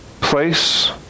place